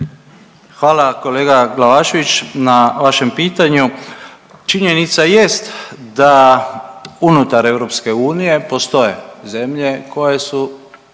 Hvala kolega Glavašević na vašem pitanju. Činjenica jest da unutar EU postoje zemlje koje su